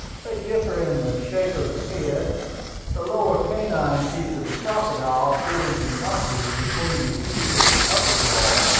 they differ in the shape of the head the lower canine teeth of the crocodile fit into notches between the teeth of the upper jaw,